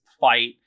fight